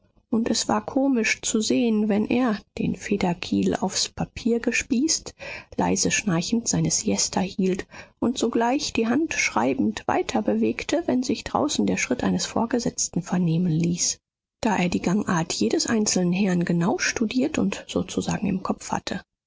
und es war komisch zu sehen wenn er den federkiel aufs papier gespießt leise schnarchend seine siesta hielt und sogleich die hand schreibend weiterbewegte wenn sich draußen der schritt eines vorgesetzten vernehmen ließ da er die gangart jedes einzelnen herrn genau studiert und sozusagen im kopf hatte